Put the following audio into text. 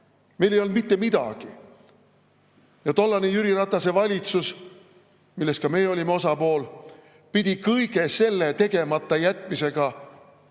Meil ei olnud mitte midagi. Tollane Jüri Ratase valitsus, milles ka meie olime osapool, pidi kõige selle tegematajätmisega